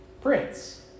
prince